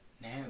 Now